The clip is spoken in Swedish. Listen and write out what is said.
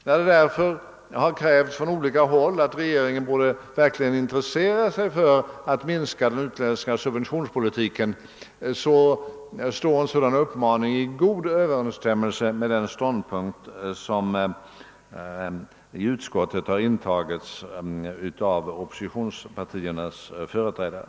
"När det har krävts från olika håll att regeringen verkligen borde intressera sig för att försöka få till stånd inskränkning av den utländska subventionspolitiken, står en sådan uppmaning i god överensstämmelse med den ståndpunkt som i utskottet har intagits av oppositionspartiernas företrädare.